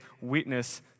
witness